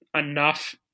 enough